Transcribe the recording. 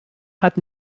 hat